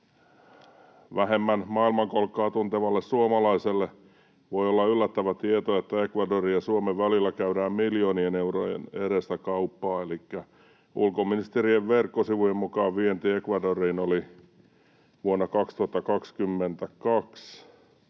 vähemmän maailmankolkkaa tuntevalle suomalaiselle voi olla yllättävä tieto, että Ecuadorin ja Suomen välillä käydään miljoonien eurojen edestä kauppaa. Ulkoministeriön verkkosivujen mukaan vienti Ecuadoriin oli 57